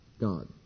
God